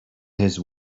his